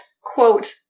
quote